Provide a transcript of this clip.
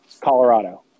Colorado